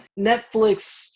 Netflix